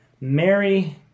mary